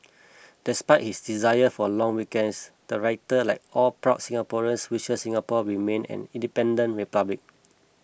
despite his desire for long weekends the writer like all proud Singaporeans wishes Singapore remain an independent republic